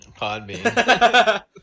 Podbean